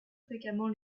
fréquemment